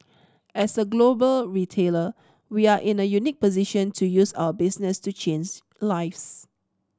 as a global retailer we are in a unique position to use our business to change lives